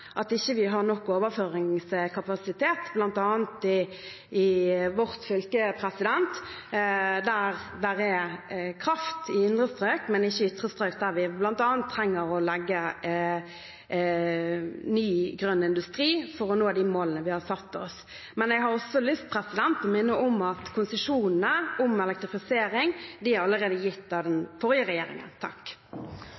at ikke vi har nok overføringskapasitet, bl.a. i vårt fylke, der det er kraft i indre strøk, men ikke i ytre strøk der vi bl.a. trenger å legge ny grønn industri for å nå de målene vi har satt oss. Men jeg har også lyst til å minne om at konsesjonene for elektrifisering er allerede gitt av den